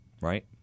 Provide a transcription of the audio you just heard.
Right